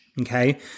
okay